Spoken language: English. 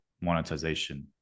monetization